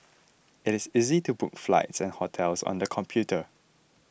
it is easy to book flights and hotels on the computer